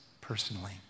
personally